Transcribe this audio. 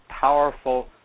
powerful